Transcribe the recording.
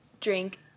drink